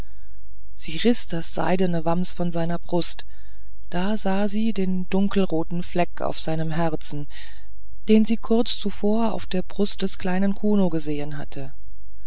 sie riß das seidene wams von seiner brust da sah sie den dunkelroten fleck auf seinem herzen den sie kurz zuvor auf der brust des kleinen kuno gesehen hatte